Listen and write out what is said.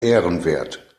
ehrenwert